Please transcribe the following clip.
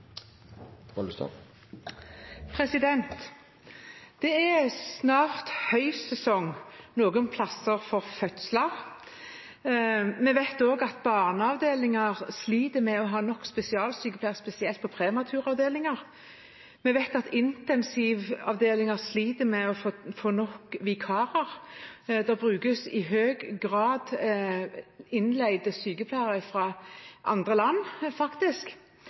gang. Det er snart høysesong for fødsler noen steder. Vi vet at barneavdelinger sliter med å ha nok spesialsykepleiere, spesielt på prematuravdelinger. Vi vet at intensivavdelinger sliter med å få nok vikarer. Det brukes i høy grad innleide sykepleiere fra andre land, faktisk.